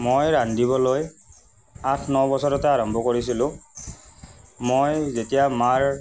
মই ৰান্ধিবলৈ আঠ ন বছৰতে আৰম্ভ কৰিছিলোঁ মই যেতিয়া মাৰ